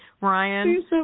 Ryan